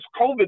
COVID